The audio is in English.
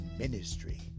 ministry